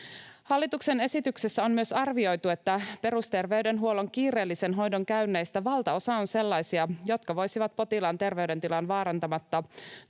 Hallituksen esityksessä on myös arvioitu, että perusterveydenhuollon kiireellisen hoidon käynneistä valtaosa on sellaisia, jotka voisivat potilaan terveydentilaa vaarantamatta toteutua